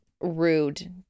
rude